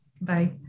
Bye